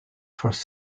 first